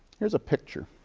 here's a picture.